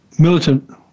militant